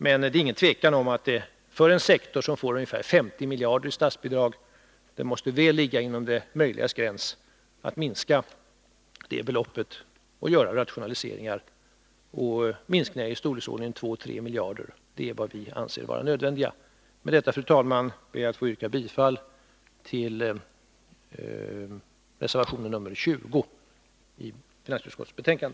Men det råder inget tvivel om att det för en sektor som får ungefär 50 miljarder kronor i statsbidrag måste ligga inom det möjligas gräns att göra rationaliseringar och åstadkomma en minskning av bidragen av storleken 2-3 miljarder kronor. Det är vad vi anser vara nödvändigt. Med detta, fru talman, yrkar jag bifall till reservationen 20 i finansutskottets betänkande.